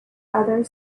other